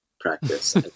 Practice